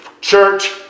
Church